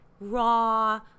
raw